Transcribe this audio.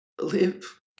Live